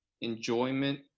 enjoyment